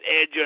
Edge